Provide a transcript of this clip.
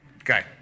Okay